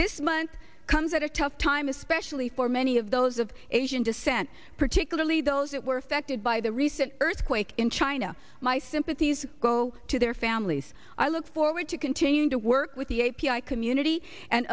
this month comes at a tough time especially for many of those of asian descent particularly those that were affected by the recent earthquake in china my sympathies go to their families i look forward to continuing to work with the a p i community and